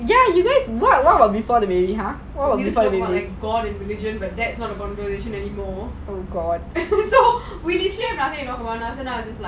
ya but what about before the baby !huh! what about before the baby